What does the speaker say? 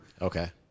Okay